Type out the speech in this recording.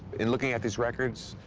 in looking at these records,